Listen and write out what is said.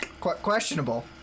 questionable